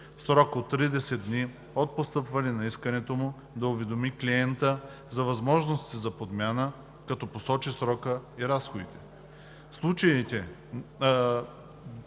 срок до 30 дни от постъпване на искането да уведоми клиента за възможностите за подмяна, като посочи срока и разходите.“ (9) В случаите